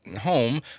home